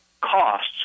costs